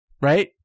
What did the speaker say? right